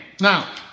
Now